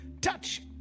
touch